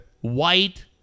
White